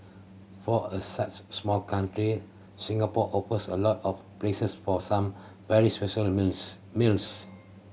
for a such small country Singapore offers a lot of places for some very special meals meals